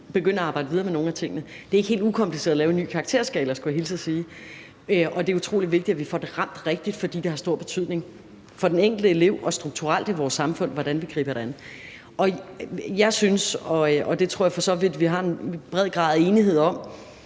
begynde at arbejde videre med nogle af tingene. Det er ikke helt ukompliceret at lave en ny karakterskala, skulle jeg hilse at sige, og det er utrolig vigtigt, at vi rammer rigtigt, for det har stor betydning for den enkelte elev og strukturelt for vores samfund, hvordan vi griber det an. Jeg synes, og det tror jeg for så vidt vi har en stor grad af enighed om,